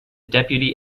deputy